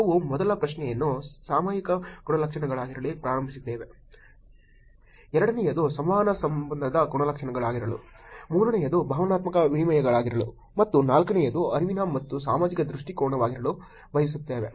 ನಾವು ಮೊದಲ ಪ್ರಶ್ನೆಯನ್ನು ಸಾಮಯಿಕ ಗುಣಲಕ್ಷಣಗಳಾಗಿರಲು ಪ್ರಾರಂಭಿಸಿದ್ದೇವೆ ಎರಡನೆಯದು ಸಂವಹನ ಸಂಬಂಧದ ಗುಣಲಕ್ಷಣಗಳಾಗಿರಲು ಮೂರನೆಯದು ಭಾವನಾತ್ಮಕ ವಿನಿಮಯಗಳಾಗಿರಲು ಮತ್ತು ನಾಲ್ಕನೆಯದು ಅರಿವಿನ ಮತ್ತು ಸಾಮಾಜಿಕ ದೃಷ್ಟಿಕೋನವಾಗಿರಲು ಬಯಸುತ್ತೇವೆ